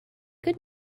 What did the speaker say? good